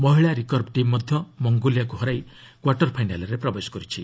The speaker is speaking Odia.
ମହିଳା ରିକର୍ଭ ଟିମ୍ ମଧ୍ୟ ମଙ୍ଗୋଲିଆକୁ ହରାଇ କ୍ୱାର୍ଟର୍ ଫାଇନାଲ୍ରେ ପ୍ରବେଶ କରିଛି